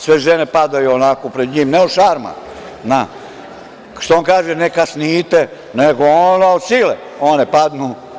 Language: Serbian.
Sve žene padaju onako pred njim, ne od šarma, što on kaže – ne kasnite, nego one od sile padnu.